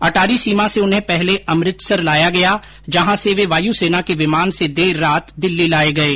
अटारी सीमा से उन्हें पहले अमृतसर लाया गया जहां से वे वायुसेना के विमान से देर रात दिल्ली लाये गये